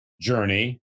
journey